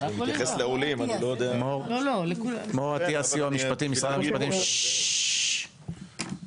אטיאס, סיוע משפטי, משרד המשפטים, איתנו?